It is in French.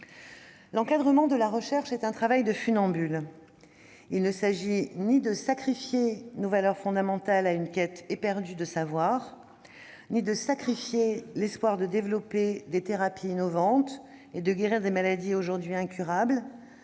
L'encadrement de la recherche est un travail de funambule : il s'agit de ne sacrifier ni nos valeurs fondamentales à une quête éperdue de savoir, ni l'espoir de développer des thérapies innovantes et de guérir des maladies aujourd'hui incurables